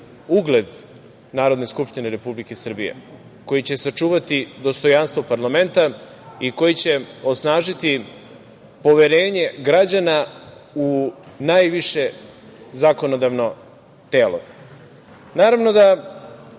ugled Narodne skupštine Republike Srbije, koji će sačuvati dostojanstvo parlamenta i koji će osnažiti poverenje građana u najviše zakonodavno telo. Naravno da